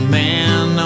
man